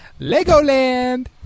Legoland